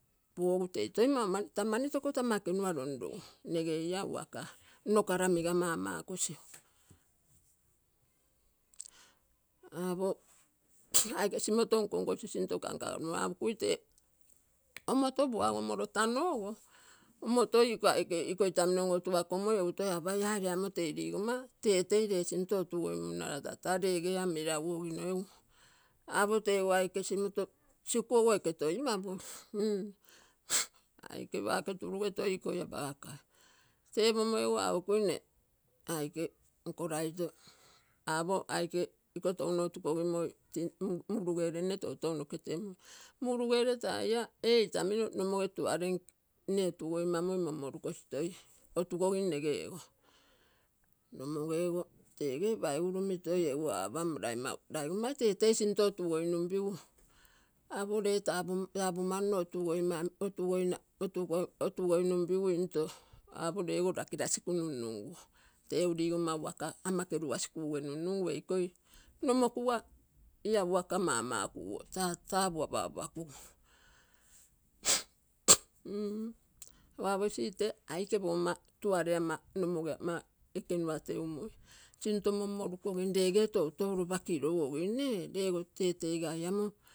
Poku tai toi taa mani tokoto ama ekenua lonlogu. Nne ia uaga nno karamiga mamakosigu apo aike sinto nkonkosi kankagamologui apogui tee omoto puagomolo taa nogoo. Omo toi iko aike itamino onotugagomoi egu toi apai ahh ei amo tei liga tetei ree simto otugoimu naraa taa regea meragu okino egu apo teko aike simto sikuogo eketoimamoi. Mm aike pake turuge toi iko apakagai tepomo egu apokui nne aike nkoraitoo apo aike touno otugokimoi murugere. Toutou temui, murugere tai ee itamino noge tuaree nne otugoimama moitmorugosi toi othgokim nege ogo, nomogeogo tege paurumini toi egu apam lai mau higonma tetei simto otugoinungu ree tapumano. Otugoi namgu ree ogo rakilasign nunuguo. Teuu ligonma uaka ama kerugasi kuga nunguu eiko ei ia nomogua ia uaka iko mamakuguo taa tapu apaguku mm egu apo ite aike pogonma tuaree mm nomoge ama ekenua teumoi simto monmorugokim rege toutou lopa kilogogim nne